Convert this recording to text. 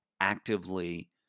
actively